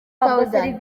soudan